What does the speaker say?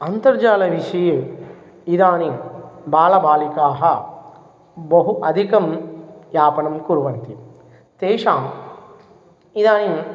अन्तर्जालविषये इदानीं बालबालिकाः बहु अधिकं यापनं कुर्वन्ति तेषाम् इदानीं